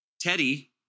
Teddy